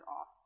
off